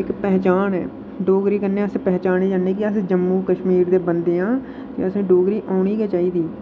इक पह्चान ऐ डोगरी कन्नै अस पह्चाने जन्ने कि अस जम्मू कश्मीर दे बंदे आं ते असें ई डोगरी औनी गै चाहिदी